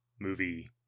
movie